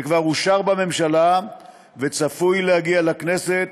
שכבר אושר בממשלה וצפוי להגיע לכנסת